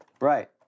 Right